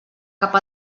cap